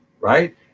right